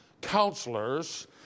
counselors